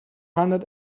hundred